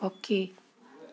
ପକ୍ଷୀ